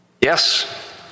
Yes